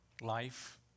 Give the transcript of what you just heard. Life